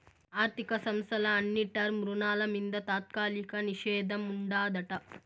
ఆర్థిక సంస్థల అన్ని టర్మ్ రుణాల మింద తాత్కాలిక నిషేధం ఉండాదట